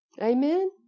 Amen